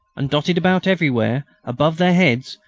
and dotted about everywhere, above their heads,